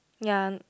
ya